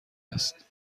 است